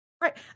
Right